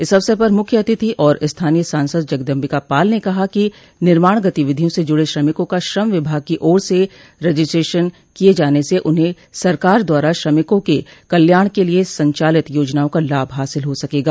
इस अवसर पर मुख्य अतिथि और स्थानीय सांसद जगदम्बिका पाल ने कहा कि निर्माण गतिविधियों से जुड़े श्रमिकों का श्रम विभाग की ओर से रजिस्ट्रेशन किये जाने से उन्हें सरकार द्वारा श्रमिकों के कल्याण के लिये संचालित योजनाओं का लाभ हासिल हो सकेगा